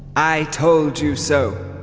i told you so,